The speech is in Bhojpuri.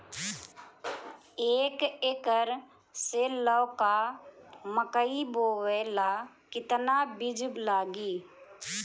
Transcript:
एक एकर मे लौका मकई बोवे ला कितना बिज लागी?